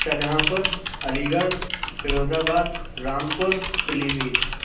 Shahjahan Aligarh Firozabad Rampur پیلی بھیت